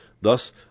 Thus